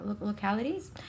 localities